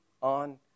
on